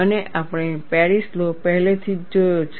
અને આપણે Paris law પહેલેથી જ જોયો છે